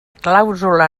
clàusula